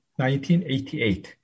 1988